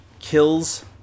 kills